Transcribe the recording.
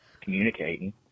communicating